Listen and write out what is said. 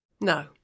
No